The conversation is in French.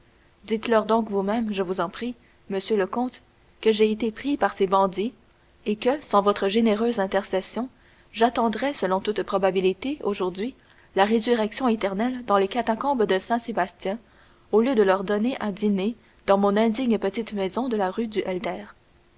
dites-leur donc vous-même je vous en prie monsieur le comte que j'ai été pris par ces bandits et que sans votre généreuse intercession j'attendrais selon toute probabilité aujourd'hui la résurrection éternelle dans les catacombes de saint sébastien au lieu de leur donner à dîner dans mon indigne petite maison de la rue du